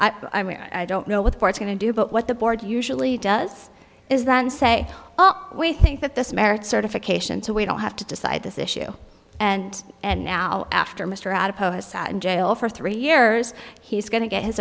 i don't know what the court's going to do but what the board usually does is than say well we think that this merits certification so we don't have to decide this issue and and now after mr adipose has sat in jail for three years he's going to get his